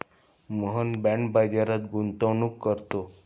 Mohan bond बाजारात गुंतवणूक करतो